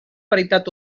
veritat